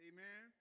Amen